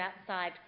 outside